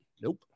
nope